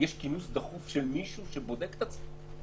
יש כינוס דחוף של מישהו שבודק את עצמנו?